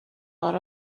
lot